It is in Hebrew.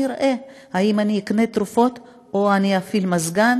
אראה אם אקנה תרופות או אני אפעיל מזגן